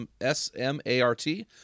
S-M-A-R-T